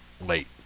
late